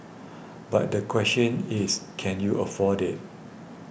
but the question is can you afford it